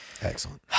Excellent